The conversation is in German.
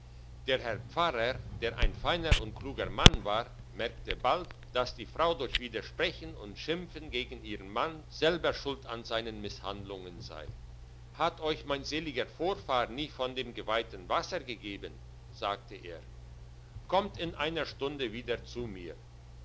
der herr pfarrer der ein feiner und kluger junger mann war merkte bald dass die frau durch widersprechen und schimpfen gegen ihren mann selber schuld an seinen misshandlungen sei hat euch mein seliger vorfahr nie von dem geweihten wasser gegeben sagte er kommt in einer stunde wieder zu mir